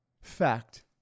Fact